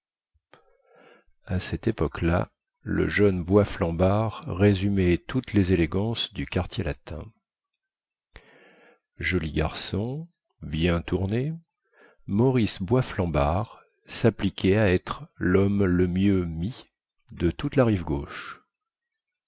à cette époque-là le jeune boisflambard résumait toutes les élégances du quartier latin joli garçon bien tourné maurice boisflambard sappliquait à être lhomme le mieux mis de toute la rive gauche